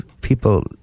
people